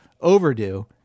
overdue